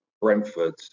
Brentford